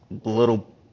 little